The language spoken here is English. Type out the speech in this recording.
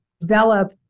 develop